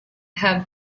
have